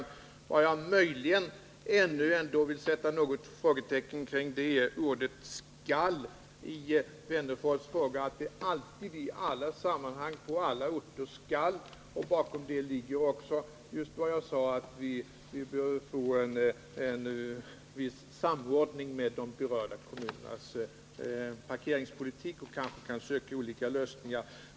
Nr 54 Vad jag möjligen ändå ville sätta något frågetecken efter är ordet skalli Alf Måndagen den Wennerfors fråga — att det alltid, i alla sammanhang och på alla orter skall 17 december 1979 vara på detta sätt. Som jag sade tidigare bör vi få en viss samordning med de berörda kommunernas parkeringspolitik, och man kan kanske söka olika lösningar.